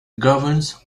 governs